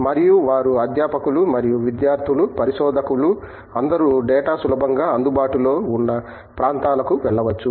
మరియు వారు అధ్యాపకులు మరియు విద్యార్థులు పరిశోధకులు అందరూ డేటా సులభంగా అందుబాటులో ఉన్న ప్రాంతాలకు వెళ్ళవచ్చు